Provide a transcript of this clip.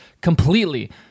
completely